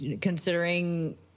considering